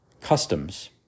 Customs